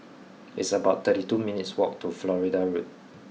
it's about thirty two minutes' walk to Florida Road